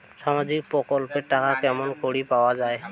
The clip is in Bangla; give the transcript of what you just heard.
সামাজিক প্রকল্পের টাকা কেমন করি পাওয়া যায়?